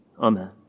Amen